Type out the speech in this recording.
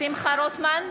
שמחה רוטמן,